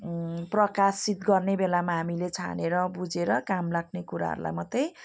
प्रकाशित गर्ने बेलामा हामीले छानेर बुझेर काम लाग्ने कुराहरूलाई मात्रै